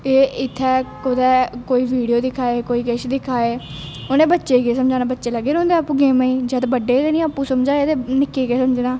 एह् इत्थें कुदै कोई वीडियो दिक्खा दे कोई कुछ दिक्खा दे उ'नें बच्चें गी केह् समझाना बच्चे लग्गे रौंह्दे गेमां गी जद् बड्डे गै निं आपूं समझा दे ते निक्कें केह् समझना